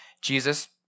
Jesus